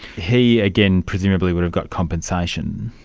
he, again, presumably would have got compensation?